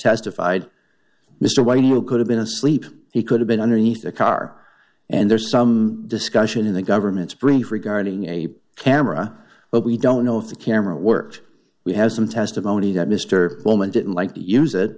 testified mr white who could have been asleep he could have been underneath the car and there's some discussion in the government's brief regarding a camera but we don't know if the camera worked we have some testimony that mr bowman didn't like to use it